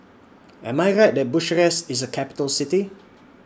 Am I Right that Bucharest IS A Capital City